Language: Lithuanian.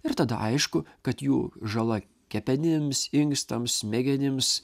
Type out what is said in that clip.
ir tada aišku kad jų žala kepenims inkstams smegenims